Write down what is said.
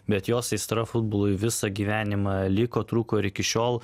bet jos aistra futbolui visą gyvenimą liko truko ir iki šiol